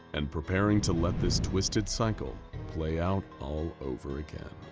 and preparing to let this twisted cycle play out all over again.